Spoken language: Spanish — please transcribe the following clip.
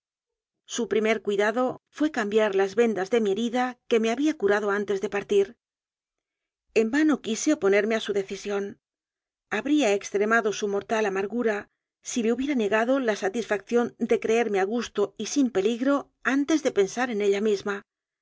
su primer cuidado fué cambiar las vendas de mi herida que me había curado antes de partir en vano quise oponerme a su decisión lrabría extremado su mortal amargura si le hu biera negado la satisfacción de creerme a gusto y sin peligro antes de pensar en ella misma